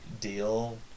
deal